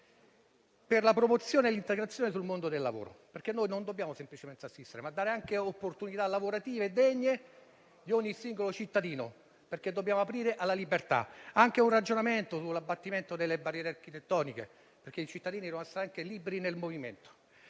per la promozione e l'integrazione nel mondo del lavoro, perché non dobbiamo semplicemente assistere, ma dare anche opportunità lavorative degne di ogni singolo cittadino, perché dobbiamo aprire alla libertà; è importante anche fare un ragionamento sull'abbattimento delle barriere architettoniche, perché i cittadini devono anche essere liberi nel movimento.